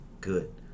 good